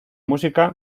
música